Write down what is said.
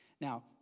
Now